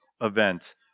event